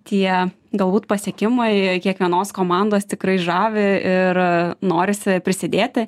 tie galbūt pasiekimai kiekvienos komandos tikrai žavi ir norisi prisidėti